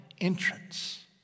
entrance